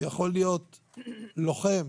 יכול להיות לוחם